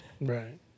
right